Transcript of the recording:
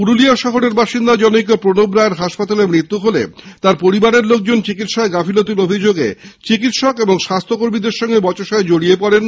পুরুলিয়া শহরের বাসিন্দা প্রণব রায়ের হাসপাতালে মৃত্যু হলে তাঁর পরিবারের লোকজন চিকিৎসায় গাফিলতির অভিযোগে চিকিৎসক ও চিকিৎসাকর্মীদের সঙ্গে বচসায় জড়িয়ে পড়েন